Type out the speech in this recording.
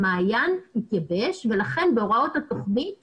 המעיין יתייבש ולכן בהוראות התכנית